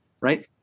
right